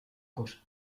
cosa